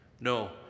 no